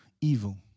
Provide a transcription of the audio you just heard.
evil